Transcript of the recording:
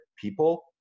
people